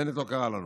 בנט לא קרא לנו.